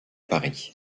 paris